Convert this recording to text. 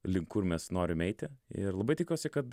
link kur mes norim eiti ir labai tikiuosi kad